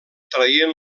traient